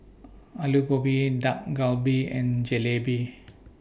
Alu Gobi Dak Galbi and Jalebi